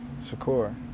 Shakur